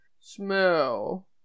smell